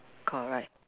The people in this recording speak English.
correct